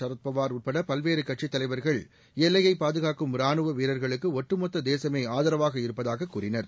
சரத்பவார் உட்பட பல்வேறு கட்சித் தலைவர்கள் எல்லையை பாதுகாக்கும் ராணுவ வீரர்களுக்கு ஒட்டுமொத்த தேசமே ஆதரவாக இருப்பதாக கூறினர்